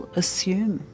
assume